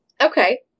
Okay